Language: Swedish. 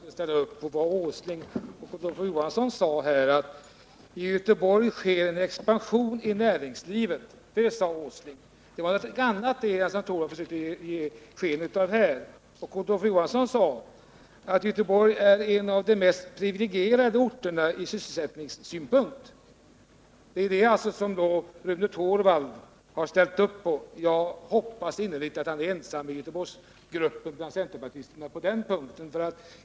Herr talman! Jag trodde ju aldrig att Rune Torwald skulle ställa upp på vad Nils Åsling och Olof Johansson sade här. ”I Göteborg sker en expansion i näringslivet.” Det sade Nils Åsling, och det var någonting annat än vad Rune Torwald försökte ge sken av. Och Olof Johansson sade att ”Göteborg är en av de mest privilegierade orterna ur sysselsättningssynpunkt”. Det är alltså det som Rune Torwald har ställt upp på. Jag hoppas innerligt att han är ensam bland centerpartisterna i Göteborgsgruppen på den punkten.